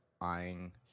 eyeing